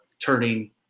turning